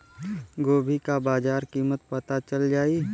गोभी का बाजार कीमत पता चल जाई?